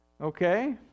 Okay